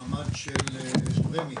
במעמד של רמ"י.